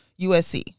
USC